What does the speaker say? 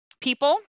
people